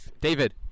David